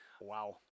Wow